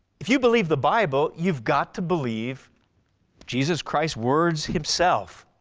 if you believe the bible you've got to believe jesus christ's words himself.